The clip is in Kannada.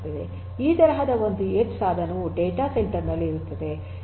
ಈ ತರಹದ ಒಂದು ಎಡ್ಜ್ ಸಾಧನವು ಡೇಟಾ ಸೆಂಟರ್ ನಲ್ಲಿ ಇರುತ್ತದೆ